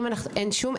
אין שום,